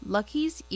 Lucky's